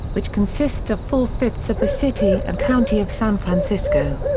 which consists of four-fifths of the city and county of san francisco.